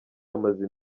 bamaze